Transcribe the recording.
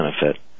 benefit